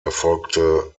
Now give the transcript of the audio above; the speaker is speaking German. erfolgte